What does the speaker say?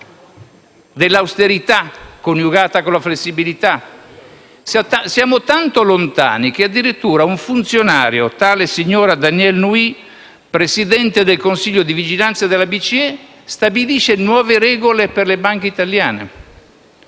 dell'austerità, coniugata con la flessibilità. Siamo tanto lontani che, addirittura, un funzionario, tale signora Danièle Nouy, Presidente del Consiglio di vigilanza della BCE, stabilisce nuove regole per le banche italiane.